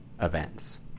events